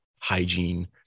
hygiene